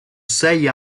sei